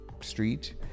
Street